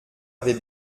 avait